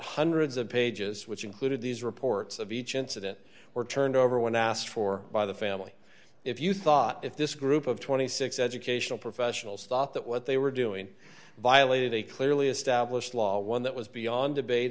hundreds of pages which included these reports of each incident were turned over when asked for by the family if you thought if this group of twenty six educational professionals thought that what they were doing violated a clearly established law one that was beyond debate